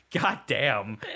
Goddamn